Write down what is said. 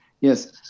yes